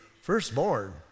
Firstborn